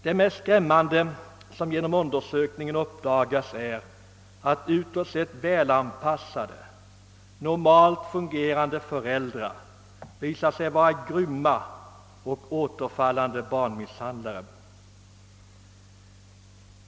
Det mest skrämmande som genom undersökningen uppdagats är att utåt sett välanpassade, normalt fungerande föräldrar visat sig vara grymma och återfallande barnmisshandlare.